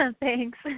Thanks